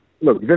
Look